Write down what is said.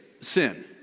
sin